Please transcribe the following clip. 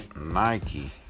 Nike